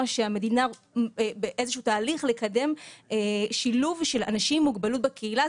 שהמדינה באיזה שהוא תהליך לקדם שילוב של אנשים עם מוגבלות בקהילה.